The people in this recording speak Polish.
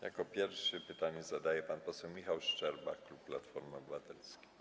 Jako pierwszy pytanie zadaje pan poseł Michał Szczerba, klub Platforma Obywatelska.